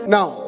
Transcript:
Now